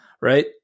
right